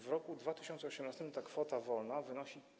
W roku 2018 ta kwota wolna wynosi